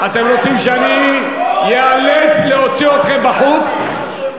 אתם רוצים שאני איאלץ להוציא אתכם בחוץ?